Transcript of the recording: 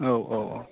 औ औ